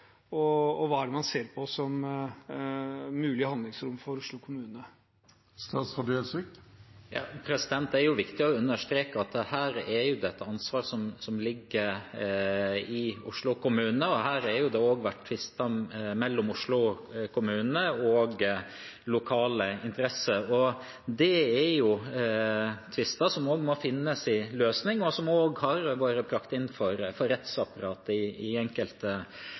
Og hva ser man som mulig handlingsrom for Oslo kommune? Det er viktig å understreke at dette er et ansvar som ligger i Oslo kommune. Her har det også vært tvister mellom Oslo kommune og lokale interesser. Det er tvister som må finne sin løsning, og som også har vært brakt inn for rettsapparatet i enkelte